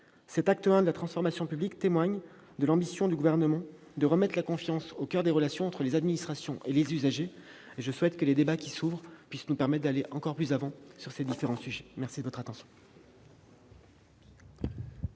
Cet acte I de la transformation publique témoigne de l'ambition qui est celle du Gouvernement de remettre la confiance au coeur des relations entre l'administration et les usagers. Je souhaite que les débats qui s'ouvrent puissent nous permettre d'aller encore plus avant sur ces différents sujets. La parole est